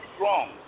wrong